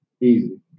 Easy